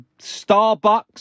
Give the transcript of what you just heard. Starbucks